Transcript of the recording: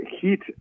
heat